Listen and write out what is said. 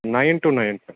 nine to nine